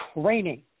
Training